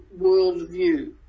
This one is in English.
worldview